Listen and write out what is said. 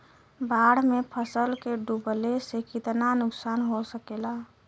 बाढ़ मे फसल के डुबले से कितना नुकसान हो सकेला?